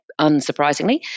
unsurprisingly